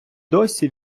досі